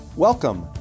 Welcome